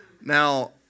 Now